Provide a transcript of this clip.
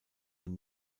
den